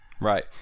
Right